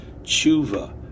Tshuva